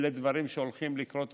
אלה דברים שהולכים לקרות עכשיו,